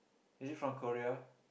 is it from Korea